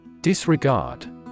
Disregard